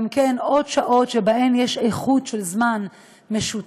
גם כן, עוד שעות שבהן יש איכות, זמן משותף.